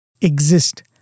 exist